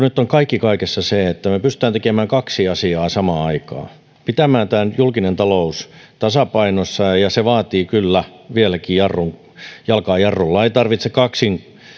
nyt kaikki kaikessa se että me pystymme tekemään kaksi asiaa samaan aikaan pitämään tämä julkinen talous tasapainossa se vaatii kyllä vieläkin jalkaa jarrulla ei tarvitse kaksin